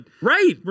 right